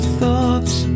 thoughts